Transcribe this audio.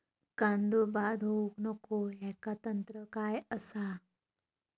कांदो बाद होऊक नको ह्याका तंत्र काय असा?